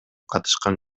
катышкан